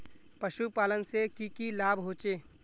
पशुपालन से की की लाभ होचे?